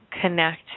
connect